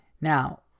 Now